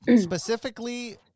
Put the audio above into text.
specifically